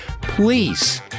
please